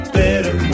better